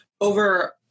over